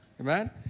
Amen